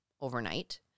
overnight